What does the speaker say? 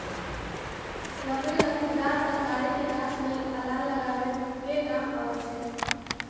लकड़ी लत्तिदार तरकारी के गाछ लेल अलान लगाबे कें काम अबई छै